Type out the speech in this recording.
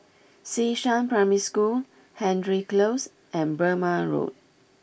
Xishan Primary School Hendry Close and Burmah Road